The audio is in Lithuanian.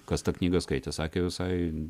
kas tą knygą skaitė sakė visai